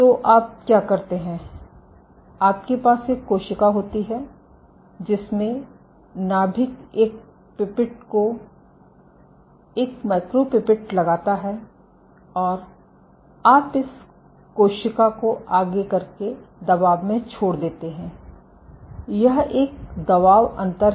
तो आप क्या करते हैं आपके पास एक कोशिका होती है जिसमें नाभिक एक पिपेट को एक माइक्रोप्रिपेट लगाता है और आप इस कोशिका को आगे करके दबाव में छोड़ देते है यह एक दबाव अंतर है